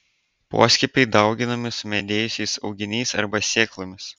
poskiepiai dauginami sumedėjusiais auginiais arba sėklomis